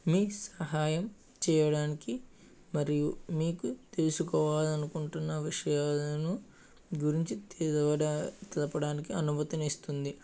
మీ సహాయం చేయడానికి మరియు మీకు తెలుసుకోవాలనుకుంటున్న విషయాలను గురించి తెలువ తెలపడానికి అనుమతినిస్తుంది